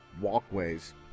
walkways